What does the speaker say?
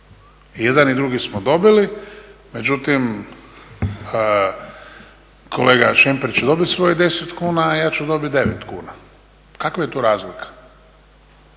i jedan i drugi smo dobili, međutim kolega Šemper će dobiti svojih 10 kuna, a ja ću dobiti 9 kuna. Kakva je tu razlika?